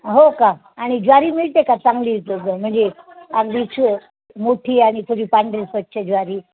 हो का आणि ज्वारी मिळते का चांगली इ तर जर म्हणजे अगदी छो मोठी आणि थोडी पांढरी स्वच्छ ज्वारी